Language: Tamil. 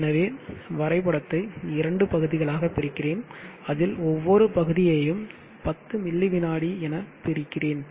எனவே வரைபடத்தை இரண்டு பகுதிகளாக பிரிகிறேன் அதில் ஒவ்வொரு பகுதியையும் பத்து மில்லி விநாடி என பிரிக்கிறேன்